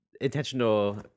intentional